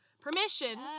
permission